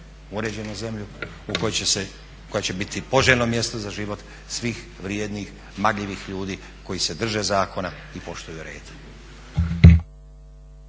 uređenu zemlju u kojoj će se, koja će biti poželjno mjesto za život svih vrijednih, marljivih ljudi koji se drže zakona i poštuju red.